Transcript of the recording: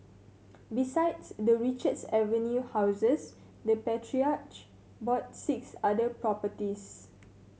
besides the Richards Avenue houses the patriarch bought six other properties